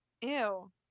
Ew